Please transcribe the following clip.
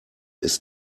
ist